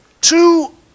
two